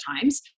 times